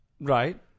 Right